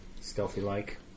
stealthy-like